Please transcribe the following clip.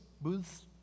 booths